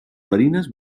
marines